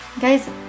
Guys